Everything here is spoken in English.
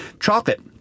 chocolate